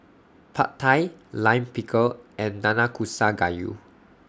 Pad Thai Lime Pickle and Nanakusa Gayu